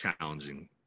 challenging